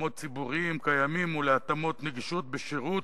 למקומות ציבוריים קיימים ולהתאמות נגישות בשירות,